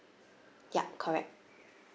yup correct